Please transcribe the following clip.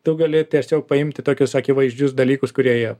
tu gali tiesiog paimti tokius akivaizdžius dalykus kurie jie